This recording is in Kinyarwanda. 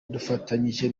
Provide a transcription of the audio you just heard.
dufatanyije